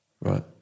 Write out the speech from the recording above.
Right